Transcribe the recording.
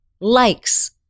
likes